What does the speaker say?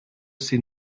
ses